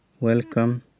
Welcome